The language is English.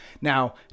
Now